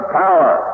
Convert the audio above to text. power